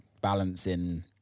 Balancing